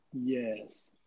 Yes